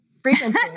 frequency